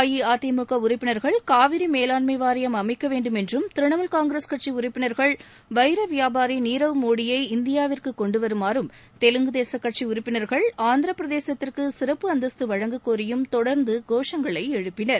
அஇஅதிமுக உறுப்பினர்கள் காவிரி மேலாண்மை வாரியம் அமைக்க வேண்டும் என்றும் திரிணாமுல் காங்கிரஸ் கட்சி உறுப்பினர்கள் வைர வியாபாரி நீரவ் மோடியை இந்தியாவிற்கு கொண்டுவருமாறும் தெலுங்கு தேசம் கட்சி உறுப்பினர்கள் ஆந்திரப் பிரதேசத்திற்கு சிறப்பு அந்தஸ்த்து வழங்கக்கோரியும் தொடர்ந்து கோஷங்களை எழுப்பினர்